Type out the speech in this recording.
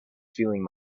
feeling